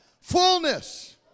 Fullness